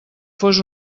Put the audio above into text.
fos